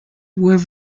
were